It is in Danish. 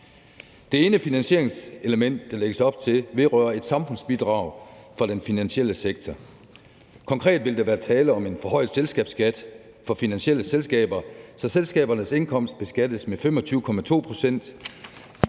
Det ene finansieringselement, der lægges op til, vedrører et samfundsbidrag fra den finansielle sektor. Konkret vil der være tale om en forhøjet selskabsskat for finansielle selskaber, så selskabernes indkomst beskattes med 25,2 pct.